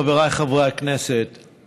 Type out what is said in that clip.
חבריי חברי הכנסת,